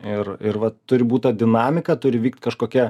ir ir vat turi bū ta dinamika turi vykt kažkokia